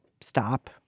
stop